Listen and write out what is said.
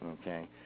Okay